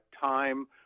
time